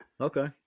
Okay